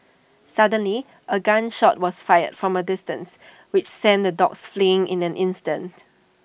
suddenly A gun shot was fired from A distance which sent the dogs fleeing in an instant